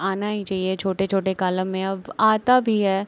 आना ही चहिए छोटे छोटे कॉलम में अब आता भी है